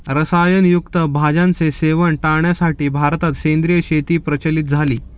रसायन युक्त भाज्यांचे सेवन टाळण्यासाठी भारतात सेंद्रिय शेती प्रचलित झाली